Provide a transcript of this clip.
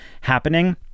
happening